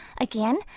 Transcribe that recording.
Again